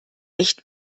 echt